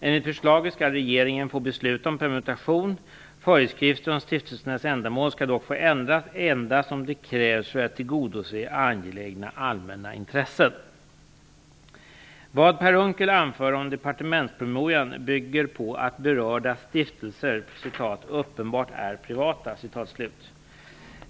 Enligt förslaget skall regeringen få besluta om permutation; föreskrifter om stiftelsernas ändamål skall dock få ändras endast om det krävs för att tillgodose angelägna allmänna intressen. Vad Per Unckel anför om departementspromemorian bygger på att berörda stiftelser "uppenbart är privata".